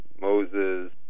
Moses